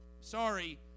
Sorry